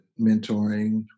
mentoring